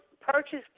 purchase